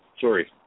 Sorry